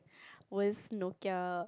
was Nokia